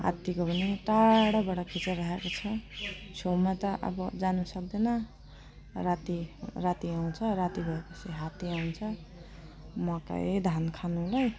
हात्तीको पनि टाढाबाट खिचेर राखेको छ छेउमा त अब जानु सक्दैन राति राति आउँछ राति भए पछि हात्ती आउँछ मकै धान खानुलाई